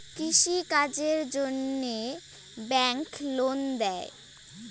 কৃষি কাজের জন্যে ব্যাংক লোন দেয়?